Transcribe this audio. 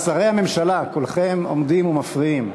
שרי הממשלה, כולכם עומדים ומפריעים.